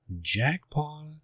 Jackpot